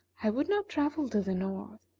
i would not travel to the north.